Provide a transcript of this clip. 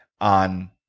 on